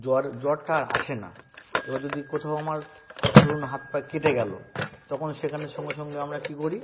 জ্বর জ্বরটা আর আসে না এবার যদি কোথাও আমার ধরুন হাত পা কেটে গেলো তখন সেখানে সঙ্গে সঙ্গে আমরা কী করি